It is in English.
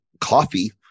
coffee